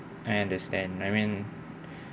I understand I mean